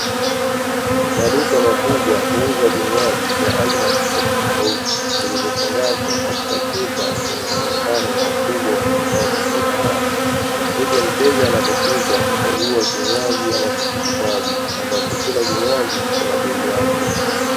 Maduka makubwa huuza vinywaji vya aina tofautitofauti, vilivyofungashwa katika chupa zenye muonekano na ukubwa unaotofautiana. Hivyo mteja anapofika, huchagua kinywaji anachokihitaji, ambacho kila kinywaji kina bei yake.